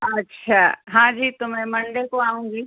अच्छा हाँ जी तो मैं मंडे को आऊँगी